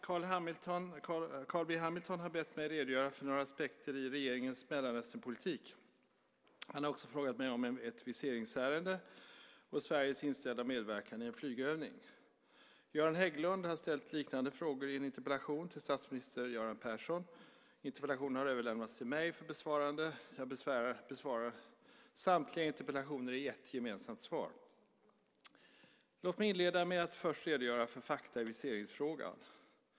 Carl B Hamilton har bett mig redogöra för några aspekter i regeringens Mellanösternpolitik. Han har också frågat mig om ett viseringsärende och Sveriges inställda medverkan i en flygövning. Göran Hägglund har ställt liknande frågor i en interpellation till statsminister Göran Persson. Interpellationen har överlämnats till mig för besvarande. Jag besvarar samtliga interpellationer i ett gemensamt svar. Låt mig inleda med att först redogöra för fakta i viseringsfrågan.